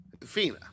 Fina